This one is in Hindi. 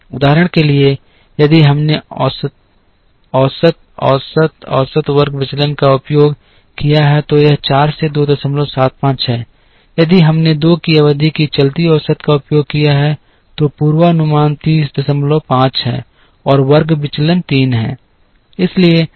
उदाहरण यह है कि यदि हमने औसत औसत औसत वर्ग विचलन का उपयोग किया है तो यह 4 से 275 है यदि हमने 2 अवधि की चलती औसत का उपयोग किया है तो पूर्वानुमान 305 है और वर्ग विचलन 3 है